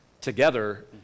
together